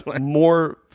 more